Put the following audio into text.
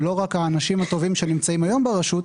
ולא רק האנשים הטובים שנמצאים היום ברשות,